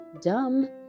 dumb